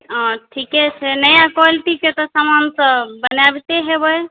हॅं ठीके छै नया क्वालिटीके समान सभ बनाबिते हेबै